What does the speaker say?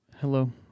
Hello